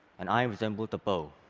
and i resemble the bow.